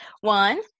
one